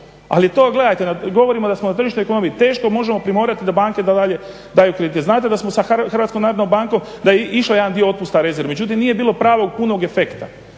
Ali to gledajte, govorimo da smo … /Govornik se ne razumije, prebrzo govori./ … možemo primorati da banke daju kredite. znate da smo sa HNB-om da je išao jedan dio otpusta rezervi međutim nije bilo pravog punog efekta.